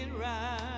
right